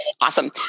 Awesome